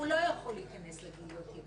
הוא לא יכול להיות להיכנס לגיליוטינה.